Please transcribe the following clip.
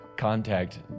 contact